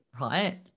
Right